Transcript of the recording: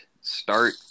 start